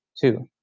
Two